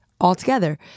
altogether